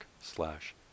slash